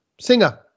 singer